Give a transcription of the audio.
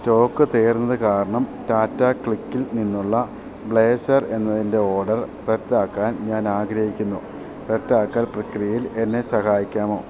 stock തീർന്നത് കാരണം ടാറ്റ ക്ലിക്കിൽ നിന്നുള്ള ബ്ലേസർ എന്നതിൻ്റെ ഓർഡർ റദ്ദാക്കാൻ ഞാൻ ആഗ്രഹിക്കുന്നു റദ്ദാക്കൽ പ്രക്രിയയിൽ എന്നെ സഹായിക്കാമോ